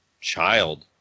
child